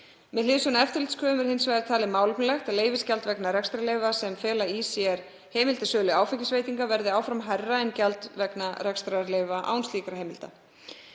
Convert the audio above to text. Með hliðsjón af eftirlitskröfum er hins vegar talið málefnalegt að gjald vegna rekstrarleyfa sem fela í sér heimild til sölu áfengisveitinga verði áfram hærra en gjald vegna rekstrarleyfa án slíkra heimilda.